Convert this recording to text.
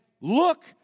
look